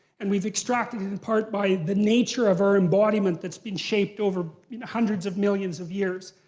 and we've extracted it in part by the nature of our embodiment that's been shaped over hundreds of millions of years.